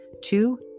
Two